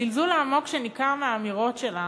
הזלזול העמוק שניכר מהאמירות שלה